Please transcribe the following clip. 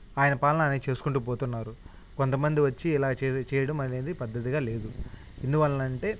ఆయన పాలన ఆయన చేసుకుంటు పోతున్నారు కొంతమంది వచ్చి ఇలా చే చేయడం అనేది పద్ధతిగా లేదు ఎందువల్ల అంటే